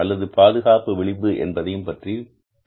அல்லது பாதுகாப்பு விளிம்பு என்பதைப் பற்றியும் சொன்னோம்